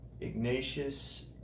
Ignatius